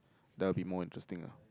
that will be more interesting lah